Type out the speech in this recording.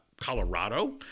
Colorado